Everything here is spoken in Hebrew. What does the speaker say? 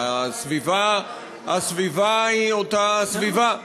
הסביבה היא אותה סביבה.